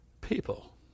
people